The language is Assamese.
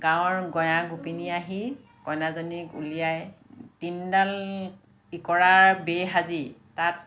গাঁৱৰ গঞা গোপিনী আহি কইনাজনীক ওলিয়াই তিনিডাল ইকৰাৰ বেই সাজি তাত